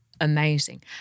amazing